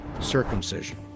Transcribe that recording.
Circumcision